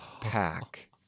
Pack